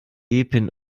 epen